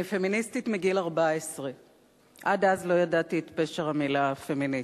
אני פמיניסטית מגיל 14. עד אז לא ידעתי את פשר המלה "פמיניסטית".